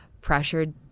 pressured